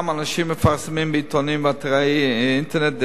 אנשים מפרסמים בעיתונים ואתרי אינטרנט דעות